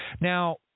Now